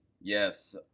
Yes